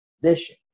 position